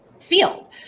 Field